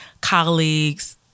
colleagues